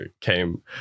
came